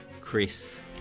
Chris